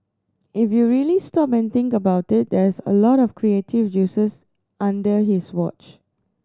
if you really stop and think about it that's a lot of creative juices under his watch